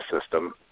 system